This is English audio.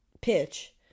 pitch